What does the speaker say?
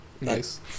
Nice